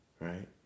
Right